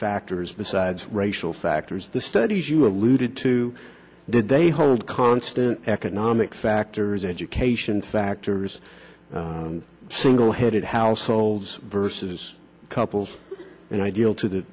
factors besides racial factors the studies you alluded to did they hold constant economic factors education factors single headed households versus couples and ideal to